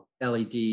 LED